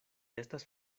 estas